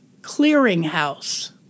clearinghouse